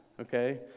okay